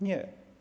Nie.